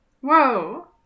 Whoa